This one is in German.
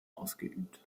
ausgeübt